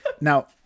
Now